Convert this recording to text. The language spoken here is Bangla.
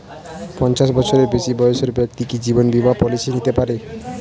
পঞ্চাশ বছরের বেশি বয়সের ব্যক্তি কি জীবন বীমা পলিসি নিতে পারে?